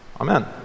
amen